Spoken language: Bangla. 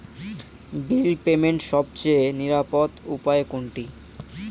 বিল পেমেন্টের সবচেয়ে নিরাপদ উপায় কোনটি?